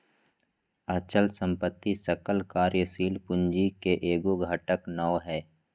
अचल संपत्ति सकल कार्यशील पूंजी के एगो घटक नै हइ